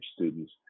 students